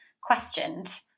questioned